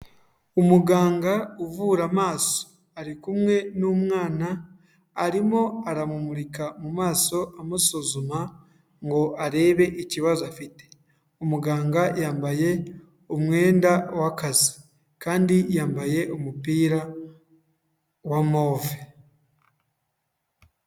Umuganga uvura amaso ari kumwe n'umwana, arimo aramumurika mu maso amusuzuma ngo arebe ikibazo afite. Umuganga yambaye umwenda w'akazi kandi yambaye umupira wa move.